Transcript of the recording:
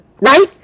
right